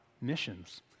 missions